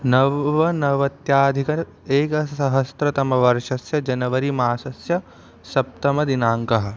नवनवत्यधिक एकसहस्रतमवर्षस्य जनवरीमासस्य सप्तमदिनाङ्कः